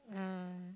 um